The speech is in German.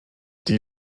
die